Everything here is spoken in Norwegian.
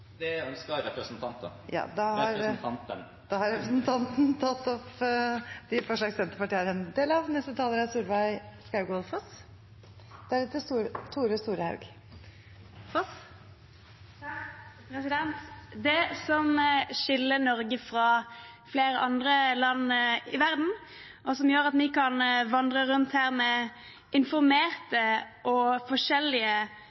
opp forslagene nr. 4, 5 og 6. Representanten Sigbjørn Gjelsvik har tatt opp de forslagene han refererte til. Det som skiller Norge fra flere andre land i verden, og som gjør at vi kan vandre rundt her